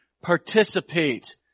participate